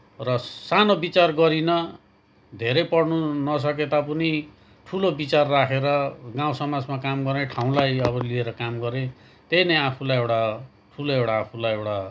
र सानो विचार गरिनँ धेरै पढ्नु नसके तापनि ठुलो विचार राखेर गाउँसमाजमा काम गर्ने ठाउँलाई अब लिएर काम गरेँ त्यही नै आफूलाई एउटा ठुलो एउटा आफूलाई एउटा